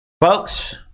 Folks